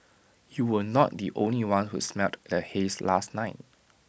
you were not the only one who smelled the haze last night